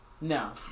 No